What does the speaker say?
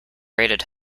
rated